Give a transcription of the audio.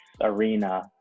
arena